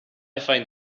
find